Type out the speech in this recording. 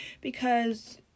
because-